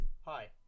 hi